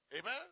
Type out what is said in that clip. Amen